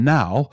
now